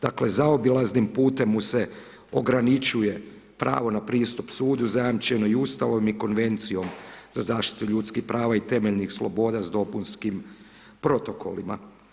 Dakle zaobilaznim putem mu se ograničuje pravo na pristup sudu zajamčeno Ustavom i konvencijom za zaštitu ljudskih prava i temeljnih sloboda s dopunskim protokolima.